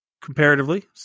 comparatively